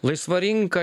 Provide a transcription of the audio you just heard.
laisva rinka